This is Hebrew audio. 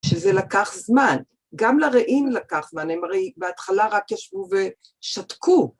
שזה לקח זמן, גם לרעים לקח, הם הרי בהתחלה רק ישבו ושתקו.